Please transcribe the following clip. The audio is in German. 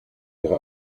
ihre